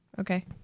Okay